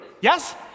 Yes